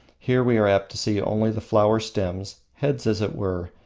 here we are apt to see only the flower stems, heads as it were,